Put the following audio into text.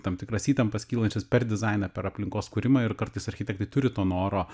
tam tikras įtampas kylančias per dizainą per aplinkos kūrimą ir kartais architektai turi to noro